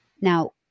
Now